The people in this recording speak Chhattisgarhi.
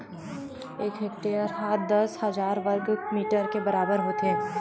एक हेक्टेअर हा दस हजार वर्ग मीटर के बराबर होथे